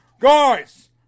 Guys